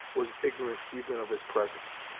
was ignorant even of his presence.